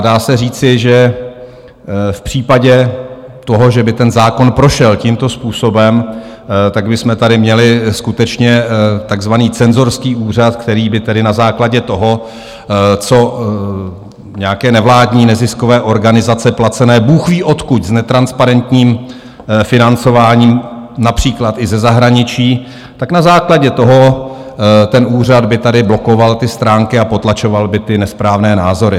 Dá se říci, že v případě toho, že by ten zákon prošel tímto způsobem, tak bychom tady měli skutečně takzvaný cenzorský úřad, který by tedy na základě toho, co nějaké nevládní neziskové organizace placené bůhví odkud, s netransparentním financováním, například i ze zahraničí, tak na základě toho by ten úřad tady blokoval ty stránky a potlačoval by nesprávné názory.